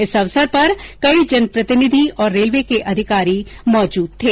इस अवसर पर कई जनप्रतिनिधि और रेलवे के अधिकारी मौजूद थे